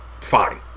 Fine